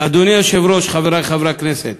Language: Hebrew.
"אדוני היושב-ראש, חברי חברי הכנסת,